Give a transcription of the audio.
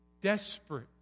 desperate